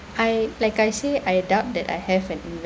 I like I say I doubt that I have an